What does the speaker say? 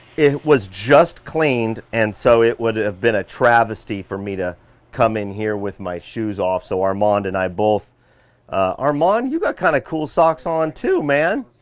it was just cleaned, and so it would have been a travesty for me, to come in here with my shoes off, so, armand and i both armand you got kind of cool socks on too man.